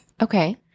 Okay